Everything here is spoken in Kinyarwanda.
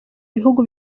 bihugu